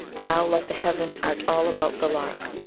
thou like the heaven art all about the lark.